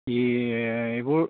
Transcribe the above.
এই এইবোৰ